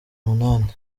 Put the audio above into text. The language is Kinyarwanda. umunani